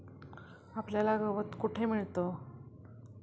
आपल्याला गवत कुठे मिळतं?